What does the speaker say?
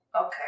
Okay